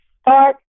start